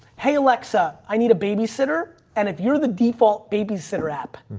hey alexa, i need a babysitter. and if you're the default babysitter app